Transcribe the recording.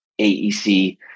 AEC